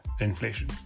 inflation